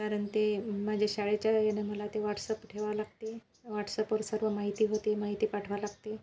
कारण ते माझ्या शाळेच्या ह्यानं मला ते वॉट्सप ठेवावे लागते व्हॉट्सपवर सर्व माहिती होते माहिती पाठवावी लागते